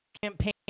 campaign